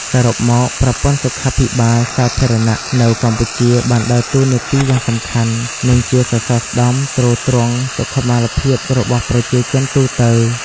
សរុបមក ប្រព័ន្ធសុខាភិបាលសាធារណៈនៅកម្ពុជាបានដើរតួនាទីយ៉ាងសំខាន់ និងជាសសរស្តម្ភទ្រទ្រង់សុខុមាលភាពរបស់ប្រជាជនទូទៅ។